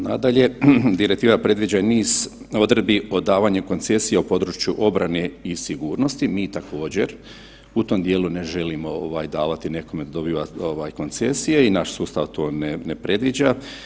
Nadalje, direktiva predviđa i niz odredbi o davanju koncesije u područje obrane i sigurnosti, mi također u tom dijelu ne želimo davati nekome da dobiva koncesije i naš sustav to ne predviđa.